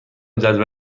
جدول